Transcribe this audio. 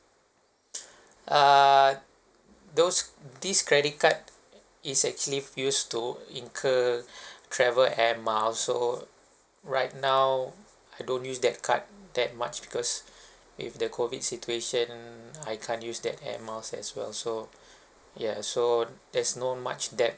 err those this credit card is actually used to incur travel air miles so right now I don't use that card that much because if the COVID situation I can't use that air miles as well so yeah so there's no much debt